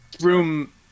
Room